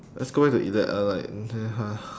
let's go back to either or like